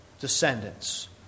descendants